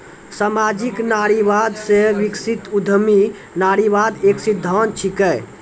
सामाजिक नारीवाद से विकसित उद्यमी नारीवाद एक सिद्धांत छिकै